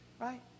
Right